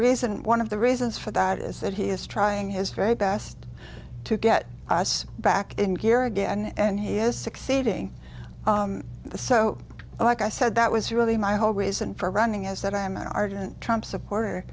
reason one of the reasons for that is that he is trying his very best to get us back in gear again and he is succeeding in the so like i said that was really my whole reason for running is that i am an ardent trump supporter